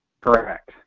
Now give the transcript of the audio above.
correct